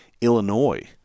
Illinois